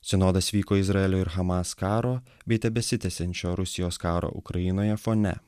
sinodas vyko izraelio ir hamas karo bei tebesitęsiančio rusijos karo ukrainoje fone